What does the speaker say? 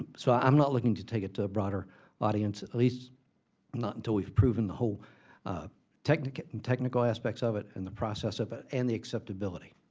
um so i'm not looking to take it to a broader audience, at least not until we've proven the whole technical and technical aspects of it and the process of it, and the acceptability.